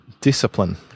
discipline